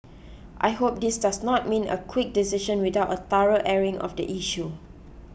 I hope this does not mean a quick decision without a thorough airing of the issue